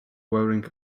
wearing